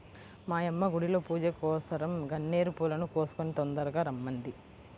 మా యమ్మ గుడిలో పూజకోసరం గన్నేరు పూలను కోసుకొని తొందరగా రమ్మంది